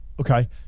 okay